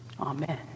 amen